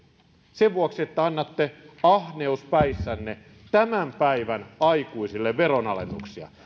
sen vuoksi että annatte ahneuspäissänne tämän päivän aikuisille veronalennuksia